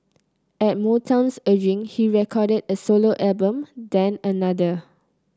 at Motown's urging he recorded a solo album then another